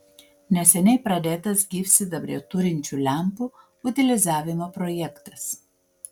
neseniai pradėtas gyvsidabrio turinčių lempų utilizavimo projektas